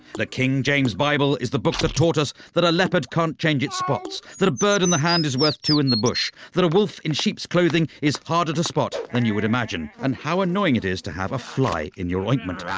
the king james bible is the book that taught us that a leopard can't change its spots, that a bird in the hand is worth two in the bush, that a wolf in sheep's clothing is harder to spot than you would imagine, and how annoying it is to have a fly in your ointment. in fact,